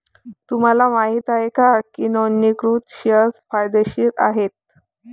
तुम्हाला माहित आहे का की नोंदणीकृत शेअर्स फायदेशीर आहेत?